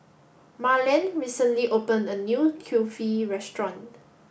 Marland recently opened a new Kulfi restaurant